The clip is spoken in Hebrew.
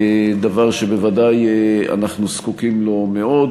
דבר שאנחנו בוודאי זקוקים לו מאוד.